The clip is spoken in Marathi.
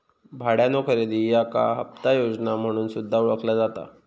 भाड्यानो खरेदी याका हप्ता योजना म्हणून सुद्धा ओळखला जाता